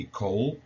coal